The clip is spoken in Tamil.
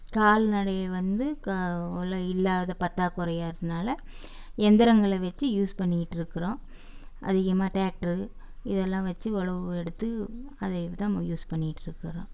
கால்நடை வந்து க அவ்வளோ இல்லாத பற்றாகொறையா இருந்ததனால எந்திரங்களை வெச்சு யூஸ் பண்ணிகிட்ருக்கறோம் அதிகமாக டேக்ட்ரு இதெல்லாம் வெச்சு உழவு எடுத்து அதை தாம் யூஸ் பண்ணிகிட்ருக்கறோம்